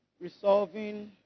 resolving